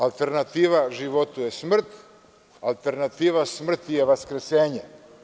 Alternativa životu je smrt, alternativa smrti je vaskrsenje.